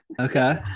okay